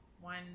One